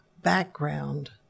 background